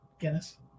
Guinness